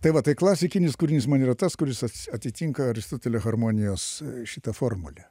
tai va tai klasikinis kūrinys man yra tas kuris atitinka aristotelio harmonijos šitą formulę